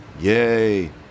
Yay